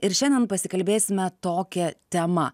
ir šiandien pasikalbėsime tokia tema